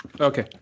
Okay